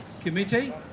Committee